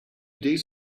days